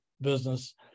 business